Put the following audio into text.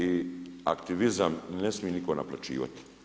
I aktivizam ne smije nitko naplaćivati.